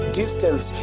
distance